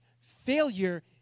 Failure